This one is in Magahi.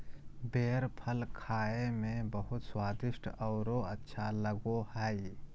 बेर फल खाए में बहुत स्वादिस्ट औरो अच्छा लगो हइ